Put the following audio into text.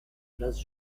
place